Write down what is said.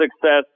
success